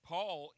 Paul